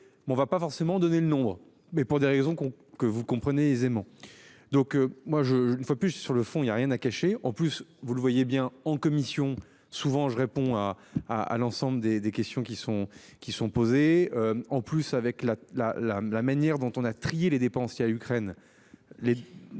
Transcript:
on va pas forcément donner le nombre mais pour des raisons qu'on que vous comprenez aisément. Donc moi je ne vois plus sur le fond, il y a rien à cacher, en plus, vous le voyez bien en commission souvent je réponds à à à l'ensemble des des questions qui sont, qui sont posées en plus avec la la la la manière dont on a trié les dépenses il a Ukraine